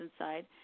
inside